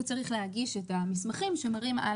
הוא צריך להגיש את המסמכים שמראים על